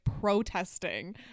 protesting